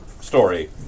story